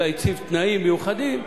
אלא הציב תנאים מיוחדים,